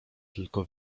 tylko